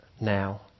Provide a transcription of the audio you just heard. now